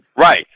right